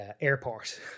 airport